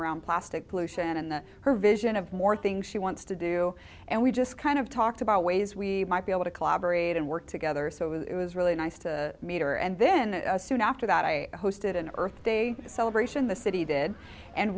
around plastic pollution and her vision of more things she wants to do and we just kind of talked about ways we might be able to collaborate and work together so it was really nice to meet her and then soon after that i hosted an earth day celebration the city